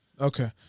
Okay